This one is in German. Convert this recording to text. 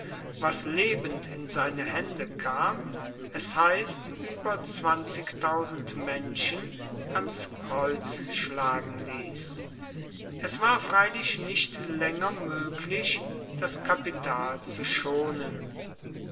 was lebend in seine hände kam es heißt über menschen ans kreuz schlagen ließ es war freilich nicht länger möglich das kapital zu schonen